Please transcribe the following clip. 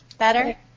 better